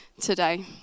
today